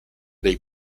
dei